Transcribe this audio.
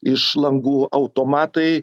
iš langų automatai